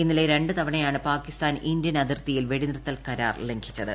ഇന്നലെ രണ്ടു തവണയാണ് പാകിസ്ഥാൻ ഇന്ത്യൻ അതിർത്തിയിൽ വെടിനിർത്തൽ കരാർ ലംഘിച്ചത്